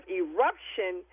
eruption